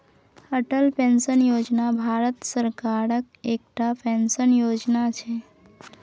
Atal pension Yojana Bharat सरकारक एकटा pension योजना छै